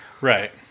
right